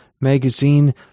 magazine